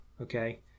Okay